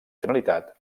finalitat